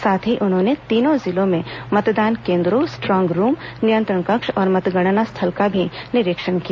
साथ ही उन्होंने तीनों जिलों में मतदान केन्द्रों स्ट्रांग रूम नियंत्रण कक्ष और मतगणना स्थल का भी निरीक्षण किया